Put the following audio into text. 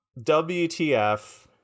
WTF